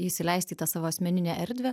įsileisti į tą savo asmeninę erdvę